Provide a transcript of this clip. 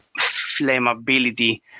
flammability